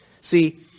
See